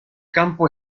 campo